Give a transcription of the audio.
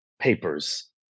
papers